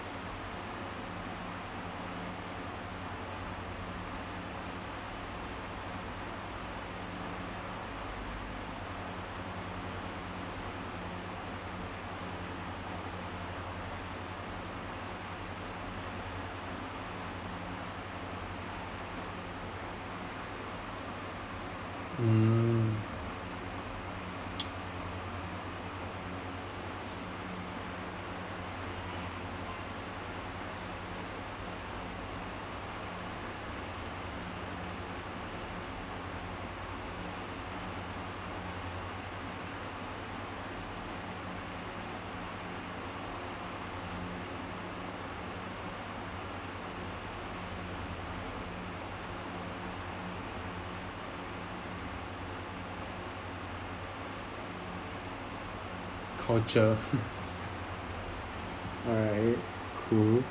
mm culture alright cool